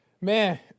Man